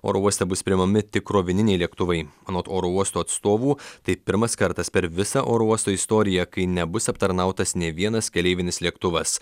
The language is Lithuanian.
oro uoste bus priimami tik krovininiai lėktuvai anot oro uosto atstovų tai pirmas kartas per visą oro uosto istoriją kai nebus aptarnautas nė vienas keleivinis lėktuvas